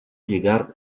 llegar